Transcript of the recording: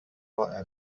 رائع